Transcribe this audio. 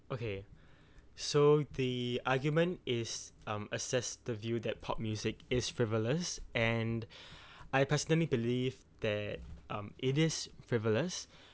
okay so the argument is um assess the view that pop music is frivolous and I personally believe that um it is frivolous